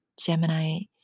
Gemini